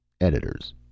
Editors